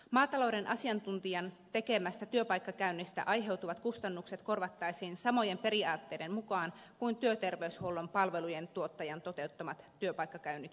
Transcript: maatalouden asiantuntijan tekemästä työpaikkakäynnistä aiheutuvat kustannukset korvattaisiin samojen periaatteiden mukaan kuin työterveyshuollon palvelujen tuottajan toteuttamat työpaikkakäynnit muutoinkin